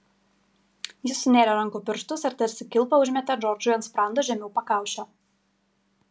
jis sunėrė rankų pirštus ir tarsi kilpą užmetė džordžui ant sprando žemiau pakaušio